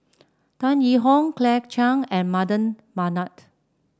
Tan Yee Hong Claire Chiang and Mardan Mamat